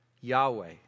Yahweh